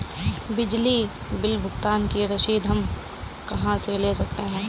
बिजली बिल भुगतान की रसीद हम कहां से ले सकते हैं?